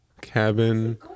Cabin